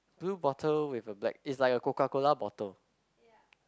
blue bottle with a black is like a Coca Cola bottle